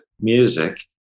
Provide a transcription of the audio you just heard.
music